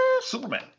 Superman